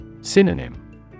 Synonym